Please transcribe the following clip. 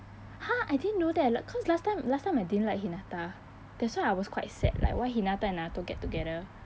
!huh! I didn't know that cause last time last time I didn't like hinata that's why I was quite sad like why hinata and naruto get together